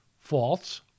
false